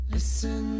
Listen